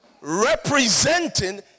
representing